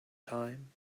time